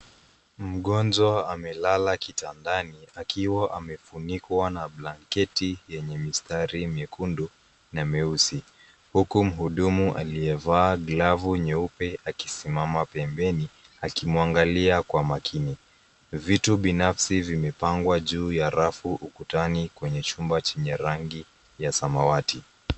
Mgonjwa amelala kitandani akiwa amefunikwa na blanketi yenye mistari myekundu na meusi huku mhudumu aliyevaa glavu nyeupe akisimama pembeni akimwangalia kwa makini. Vitu binafsi vimepangwa juu ya rafu ukutani kwenye chumba chenye rangi ya samawati.